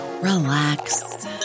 relax